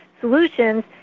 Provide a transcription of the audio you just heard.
solutions